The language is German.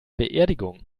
beerdigung